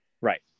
Right